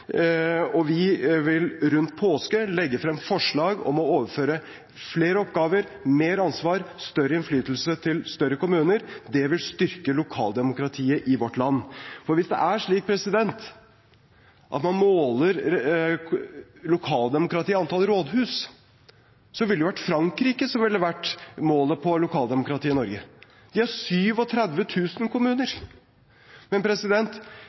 og vi vil rundt påske legge frem forslag om å overføre flere oppgaver, mer ansvar og større innflytelse til større kommuner. Det vil styrke lokaldemokratiet i vårt land. Hvis det er slik at man måler lokaldemokrati i antall rådhus, hadde det vært Frankrike som ville vært målet på lokaldemokrati i Norge. De har 37 000 kommuner. Men